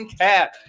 cap